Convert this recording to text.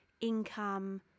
income